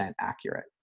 accurate